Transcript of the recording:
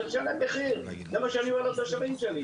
צריך לשלם מחיר וזה מה שאני אומר לתושבים שלי.